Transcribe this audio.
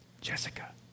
Jessica